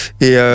Et